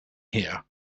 here